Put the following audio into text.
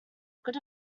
good